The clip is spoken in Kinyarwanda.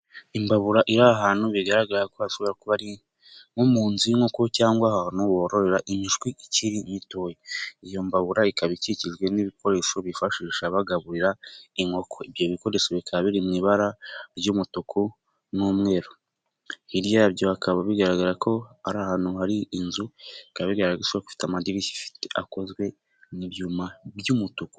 Imbabura iri ahantu bigaragara ko hashobora kuba nko mu nzu y'inkoku cyangwa ahantu bororera imishwi ikiri mitoya, iyo mbabura ikaba ikikijwe n'ibikoresho bifashisha bagaburira inkoko ibyo bikoresho bikaba biri mu ibara ry'umutuku n'umweru, hirya yabyo hakaba bigaragara ko ari ahantu hari inzu ikagaragara ifite amadirishya i akozwe n'ibyuma by'umutuku.